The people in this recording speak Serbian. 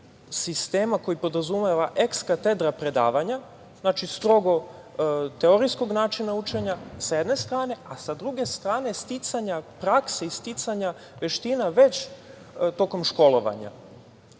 sistema koji podrazumeva eks katedra predavanja, znači, strogo teorijskog načina učenja sa jedne strane, a sa druge strane sticanja prakse i sticanja veština već tokom školovanja.